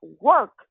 work